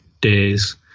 days